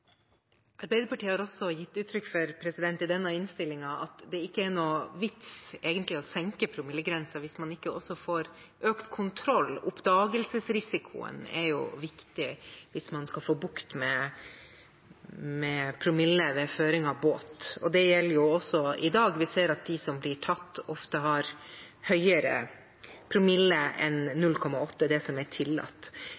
Arbeiderpartiet har også i denne innstillingen gitt uttrykk for at det ikke egentlig er noen vits i å senke promillegrensen hvis man ikke også får økt kontroll. Oppdagelsesrisikoen er viktig hvis man skal få bukt med promille ved føring av båt. Det gjelder også i dag: Vi ser at de som blir tatt, ofte har høyere promille enn